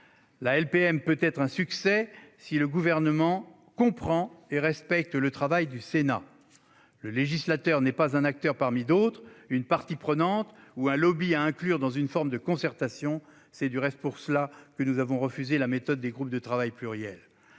La LPM peut être un succès si le Gouvernement comprend et respecte le travail du Sénat. Le législateur n'est pas un acteur parmi d'autres, une partie prenante ou un lobby à inclure dans une forme de concertation. C'est pourquoi nous avons refusé la méthode des groupes de travail pluriels.